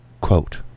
quote